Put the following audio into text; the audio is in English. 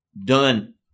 done